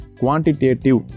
quantitative